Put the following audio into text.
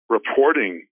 reporting